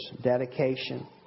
dedication